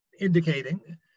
Indicating